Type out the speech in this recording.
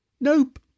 Nope